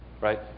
Right